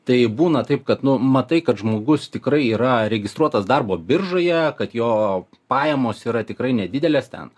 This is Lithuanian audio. tai būna taip kad nu matai kad žmogus tikrai yra registruotas darbo biržoje kad jo pajamos yra tikrai nedidelės ten